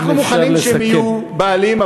אנחנו מוכנים שהם יהיו בעלים,